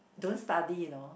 don't study you know